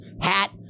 hat